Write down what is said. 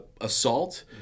assault